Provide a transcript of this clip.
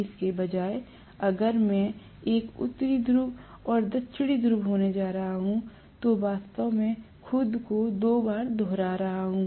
इसके बजाय अगर मैं एक उत्तरी ध्रुव और दक्षिणी ध्रुव होने जा रहा हूं तो वास्तव में खुद को दो बार दोहरा रहा हूं